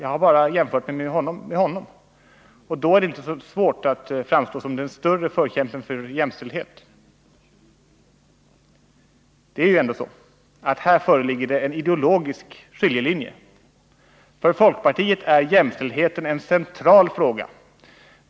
Jag har bara jämfört mig med honom, och då är det inte så svårt att framstå som den större förkämpen för jämställdhet. Här föreligger det en ideologisk skiljelinje. För folkpartiet är jämställdheten en central fråga.